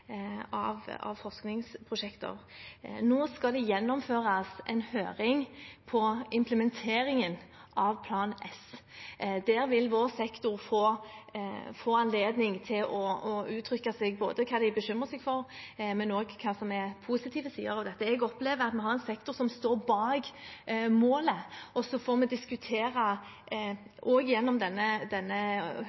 av forskningsprosjekter. Nå skal det gjennomføres en høring om implementeringen av Plan S. Der vil vår sektor få anledning til å uttrykke seg både om hva de bekymrer seg for, og om hva som er positive sider ved dette. Jeg opplever at vi har en sektor som står bak målet, og så får vi diskutere også gjennom denne